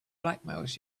blackmails